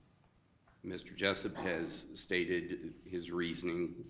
mr. jessup has stated his reasoning,